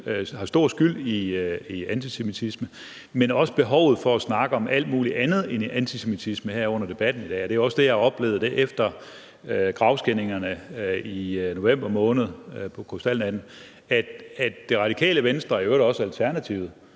har stor skyld i antisemitisme, men også behovet for at snakke om alt muligt andet end antisemitisme her under debatten i dag. Det er også det, jeg har oplevet efter gravskændingerne i november på krystalnatten, nemlig at Radikale Venstre og i øvrigt også Alternativet